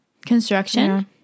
construction